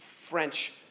French